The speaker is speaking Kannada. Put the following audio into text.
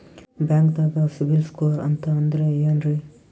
ಬ್ಯಾಂಕ್ದಾಗ ಸಿಬಿಲ್ ಸ್ಕೋರ್ ಅಂತ ಅಂದ್ರೆ ಏನ್ರೀ?